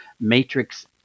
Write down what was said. matrix